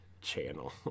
channel